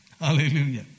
hallelujah